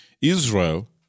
Israel